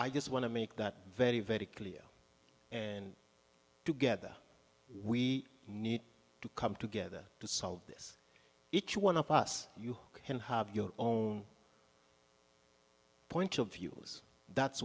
just want to make that very very clear and together we need to come together to solve this each one of us you can have your own point of view that's